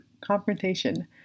confrontation